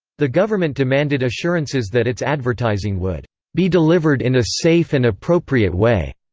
the government demanded assurances that its advertising would be delivered in a safe and appropriate way.